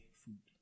food